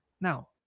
now